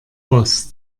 boss